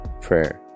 Prayer